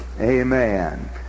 Amen